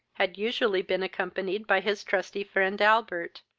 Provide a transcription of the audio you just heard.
had usually been accompanied by his trusty friend albert,